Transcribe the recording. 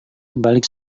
dibalik